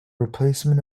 replacement